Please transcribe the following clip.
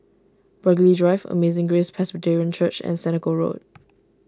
Burghley Drive Amazing Grace Presbyterian Church and Senoko Road